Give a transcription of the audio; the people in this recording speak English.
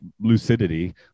lucidity